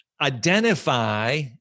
identify